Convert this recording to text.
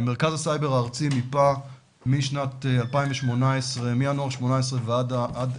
מרכז הסייבר הארצי מיפה מינואר 2018 ועד